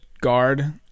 guard